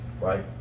right